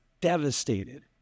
devastated